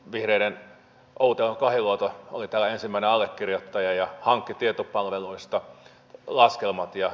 vihreiden outi alanko kahiluoto oli täällä ensimmäinen allekirjoittaja ja hankki tietopalvelusta laskelmat